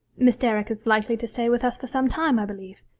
miss derrick is likely to stay with us for some time, i believe.